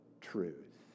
truth